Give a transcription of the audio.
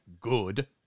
good